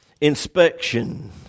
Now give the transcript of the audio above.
inspection